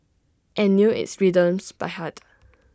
and knew its rhythms by heart